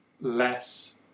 less